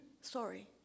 Sorry